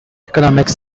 economical